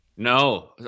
No